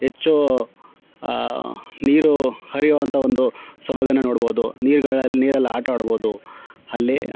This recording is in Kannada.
ಹೆಚ್ಚು ನೀರು ಹರಿಯುವಂಥ ಒಂದು ಸೊಬಗನ್ನು ನೋಡ್ಬೋದು ನೀರ್ಗಳಲ್ಲಿ ನೀರಲ್ಲಿ ಆಟ ಆಡ್ಬೋದು ಅಲ್ಲಿ